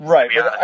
Right